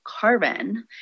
carbon